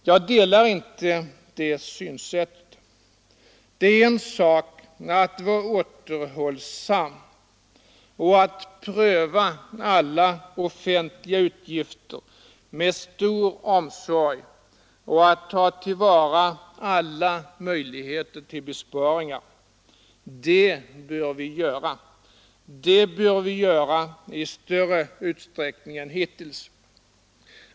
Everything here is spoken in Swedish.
Jag delar inte det synsättet. Det är en sak att vara återhållsam och att pröva alla offentliga utgifter med stor omsorg och att ta till vara alla möjligheter till besparingar. Det bör vi göra. Det bör vi göra i större utsträckning än hittills!